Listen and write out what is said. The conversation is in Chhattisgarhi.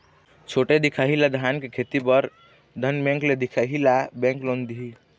छोटे दिखाही ला धान के खेती बर धन बैंक ले दिखाही ला बैंक लोन दिही?